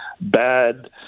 bad